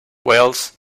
wales